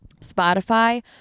Spotify